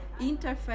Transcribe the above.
Interface